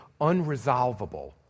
unresolvable